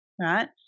right